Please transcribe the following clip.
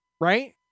right